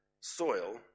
soil